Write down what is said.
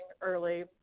early